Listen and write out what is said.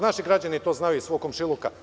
Naši građani to znaju iz svog komšiluka.